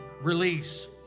release